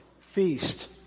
feast